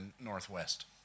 Northwest